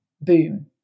boom